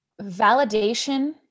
validation